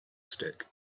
stick